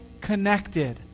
connected